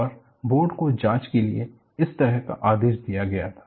और बोर्ड को जांच के लिए इस तरह का आदेश दिया गया था